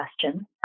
question